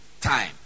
time